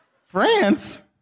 France